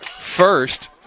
first